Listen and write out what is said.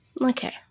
Okay